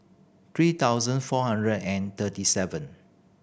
three thousand four hundred and thirty seven